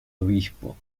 obispo